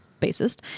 bassist